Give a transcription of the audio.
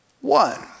one